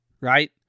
right